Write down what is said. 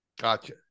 gotcha